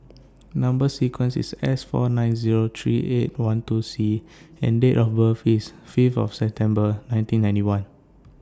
Number sequence IS S four nine Zero three eight one two C and Date of birth IS five of September nineteen ninety one